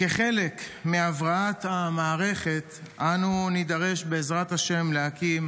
כחלק מהבראת המערכת אנו נידרש, בעזרת השם, להקים